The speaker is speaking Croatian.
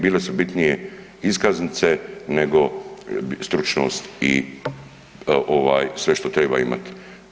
Bile su bitnije iskaznice nego stručnost i ovaj sve što treba imati.